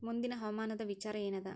ಮುಂದಿನ ಹವಾಮಾನದ ವಿಚಾರ ಏನದ?